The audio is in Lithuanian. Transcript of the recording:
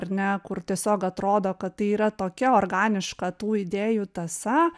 ar ne kur tiesiog atrodo kad tai yra tokia organiška tų idėjų tąsa